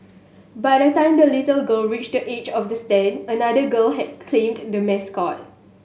by the time the little girl reached the edge of the stand another girl had claimed the mascot